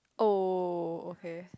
oh okay